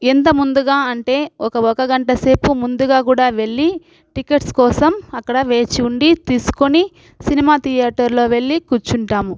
ఎంత ముందుగా అంటే ఒక ఒక గంట సేపు ముందుగా కూడా వెళ్లి టికెట్స్ కోసం అక్కడ వేచి ఉండి తీసుకొని సినిమా థియేటర్లో వెళ్లి కూర్చుంటాము